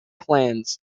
plans